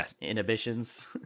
inhibitions